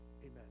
amen